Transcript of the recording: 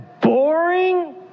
boring